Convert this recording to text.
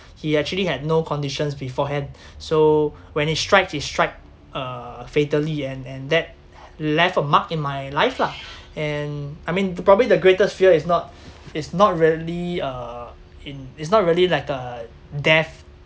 he actually had no conditions beforehand so when it strike it strike uh fatally and and that left a mark in my life lah and I mean probably the greatest fear is not is not really uh in it's not really like uh death